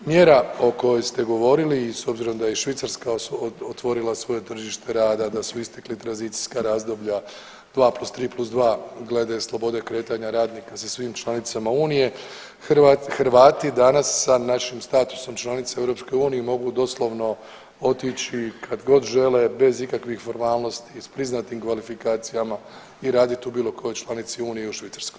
Mjera o kojoj ste govorili s obzirom da je i Švicarska otvorila svoje tržište rada, da su istekla tranzicijska razdoblja, 2 + 3 + 2 glede slobode kretanja radnika sa svim članicama unije, Hrvati danas sa našim statusom članice u EU mogu doslovno otići kad god žele bez ikakvih formalnosti i s priznatim kvalifikacijama i raditi u bilo kojoj članici unije i u Švicarskoj.